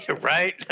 right